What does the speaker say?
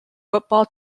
football